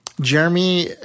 Jeremy –